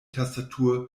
tastatur